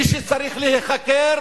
מי שצריך להיחקר